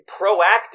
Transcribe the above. proactive